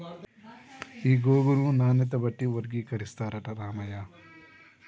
ఈ గోగును నాణ్యత బట్టి వర్గీకరిస్తారట రామయ్య